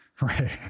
Right